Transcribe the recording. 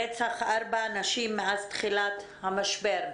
רצח ארבע נשים מאז תחילת המשבר.